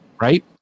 right